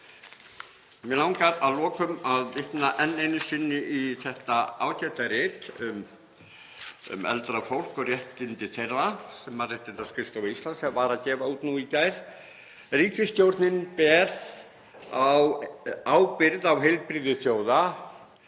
Mig langar að lokum að vitna enn einu sinni í þetta ágæta rit um eldra fólk og réttindi þeirra sem Mannréttindaskrifstofa Íslands var að gefa út í gær: „Ríkisstjórnir bera ábyrgð á heilbrigði þjóða